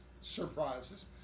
surprises